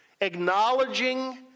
acknowledging